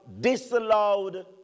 disallowed